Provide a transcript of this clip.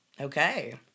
Okay